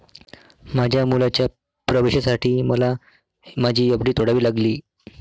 माझ्या मुलाच्या प्रवेशासाठी मला माझी एफ.डी तोडावी लागली